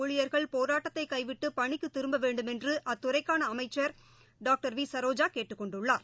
ஊழியர்கள் போராட்டத்தை கைவிட்டு பணிக்கு திரும்ப வேண்டுமென்று இத்துறைக்கான மாநில அமைச்சர் டாக்டர் வி சரோஜா கேட்டுக் கொண்டுள்ளார்